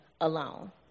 alone